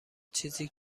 چیزی